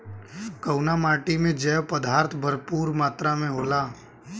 कउना माटी मे जैव पदार्थ भरपूर मात्रा में होला?